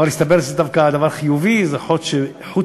אבל התברר שזה דווקא דבר חיובי, זה חוט שבאמצעותו,